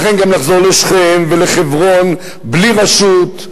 לכן גם נחזור לשכם ולחברון בלי רשות,